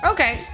Okay